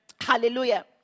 Hallelujah